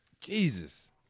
Jesus